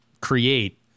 create